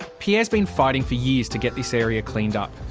pierre's been fighting for years to get this area cleaned up.